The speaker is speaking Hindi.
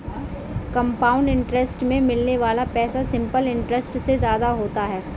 कंपाउंड इंटरेस्ट में मिलने वाला पैसा सिंपल इंटरेस्ट से ज्यादा होता है